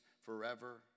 forever